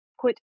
put